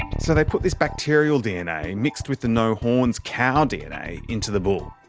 so they put this bacterial dna, mixed with the no-horns cow dna, into the bull.